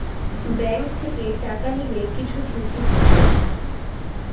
bank থেকে টাকা নিলে কিছু ঝুঁকি থাকে